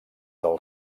del